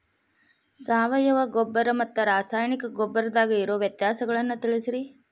ಸಾವಯವ ಗೊಬ್ಬರ ಮತ್ತ ರಾಸಾಯನಿಕ ಗೊಬ್ಬರದಾಗ ಇರೋ ವ್ಯತ್ಯಾಸಗಳನ್ನ ತಿಳಸ್ರಿ